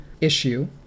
issue